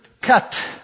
cut